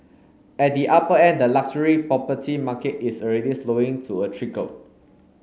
at the upper end the luxury property market is already slowing to a trickle